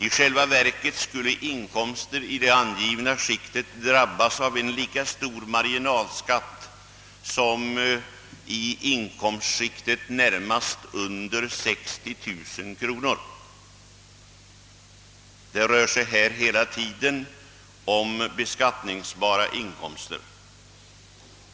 I själva verket skulle inkomster i detta skikt drabbas av lika hög marginalskatt som inkomster i skiktet närmast under 60000 kronor. Jag talar hela tiden om beskattningsbara inkomster.